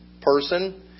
person